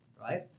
right